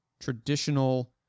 traditional